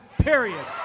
period